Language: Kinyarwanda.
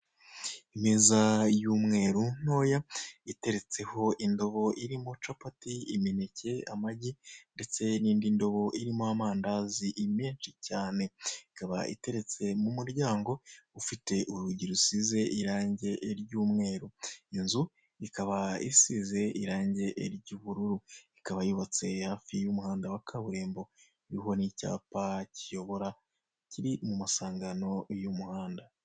Imeza y'umweru ntoya iteretseho indobo irimo capati imineke amagi ndetse n'indi ndobo irimo amandazi menshi cyane, ikaba iteretse mu muryango ufite urugi rusize irange ry'umweru, inzu ikaba isize ibara ry'ubururu, ikaba yubatse hafi y'umuhanda wa kaburimbo iriho n'icyapa cyiyobora kiri mu masangano y'umuhanda.